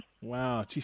Wow